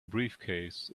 briefcase